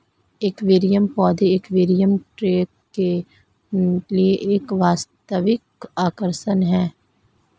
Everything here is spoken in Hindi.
एक्वेरियम पौधे एक्वेरियम टैंक के लिए एक वास्तविक आकर्षण है